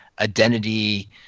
identity